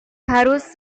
harus